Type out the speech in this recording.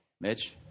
Mitch